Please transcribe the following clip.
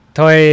Thôi